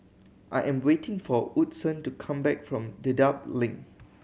I am waiting for Woodson to come back from Dedap Link